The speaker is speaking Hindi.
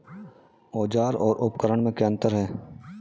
औज़ार और उपकरण में क्या अंतर है?